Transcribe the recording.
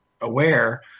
aware